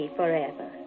forever